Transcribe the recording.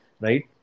right